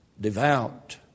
devout